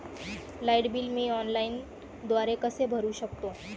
Light bill मी ऑनलाईनद्वारे कसे भरु शकतो?